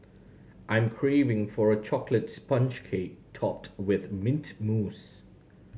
I'm craving for a chocolate sponge cake topped with mint mousse